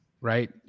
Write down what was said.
right